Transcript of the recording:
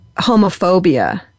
homophobia